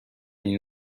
این